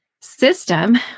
system